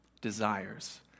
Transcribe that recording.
desires